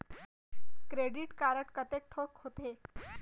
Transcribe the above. Credit card कतेक ठोक होथे?